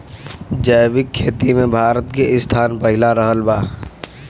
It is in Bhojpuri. जैविक खेती मे भारत के स्थान पहिला रहल बा